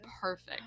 perfect